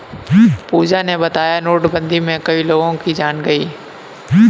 पूजा ने बताया कि नोटबंदी में कई लोगों की जान गई